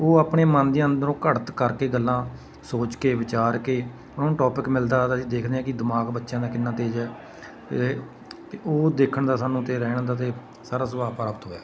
ਉਹ ਆਪਣੇ ਮਨ ਦੇ ਅੰਦਰੋਂ ਘੜਤ ਕਰਕੇ ਗੱਲਾਂ ਸੋਚ ਕੇ ਵਿਚਾਰ ਕੇ ਉਹਨਾਂ ਨੂੰ ਟੋਪਿਕ ਮਿਲਦਾ ਤਾਂ ਅਸੀਂ ਦੇਖਦੇ ਹਾਂ ਕਿ ਦਿਮਾਗ ਬੱਚਿਆਂ ਦਾ ਕਿੰਨਾ ਤੇਜ਼ ਹੈ ਅਤੇ ਉਹ ਦੇਖਣ ਦਾ ਸਾਨੂੰ ਤਾਂ ਰਹਿਣ ਦਾ ਅਤੇ ਸਾਰਾ ਸੁਭਾਗ ਪ੍ਰਾਪਤ ਹੋਇਆ